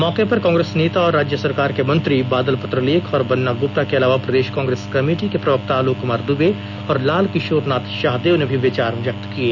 मौके पर कांग्रेस नेता और राज्य सरकार के मंत्री बादल पत्रलेख और बन्ना गुप्ता के अलावा प्रदेश कांग्रेस कमेटी के प्रवक्ता आलोक कुमार दूबे और लाल किशोर नाथ शाहदेव ने भी विचार व्यक्त किये